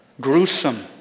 gruesome